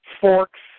forks